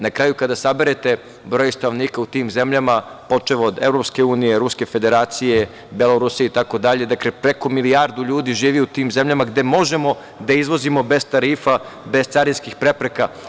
Na kraju, kada saberete broj stanovnika u tim zemljama, počev od EU, Ruske Federacije, Belorusije itd, dakle preko milijardu ljudi živi u tim zemljama gde možemo da izvozimo bez tarifa, bez carinskih prepreka.